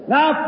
Now